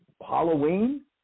Halloween